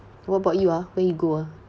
what about you ah where you go ah